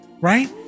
right